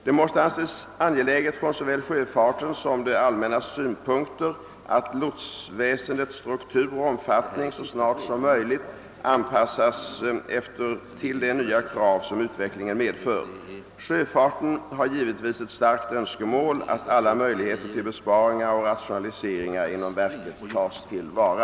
Det måste anses angeläget från såväl sjöfartens som det allmännas synpunkter att lotsväsendets struktur och omfattning så snart som möjligt anpassas till de nya krav som utvecklingen medför. Sjöfarten har givetvis ett starkt önskemål att alla möjligheter till besparingar och rationaliseringar inom verket tas till vara.